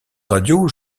radios